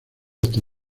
hasta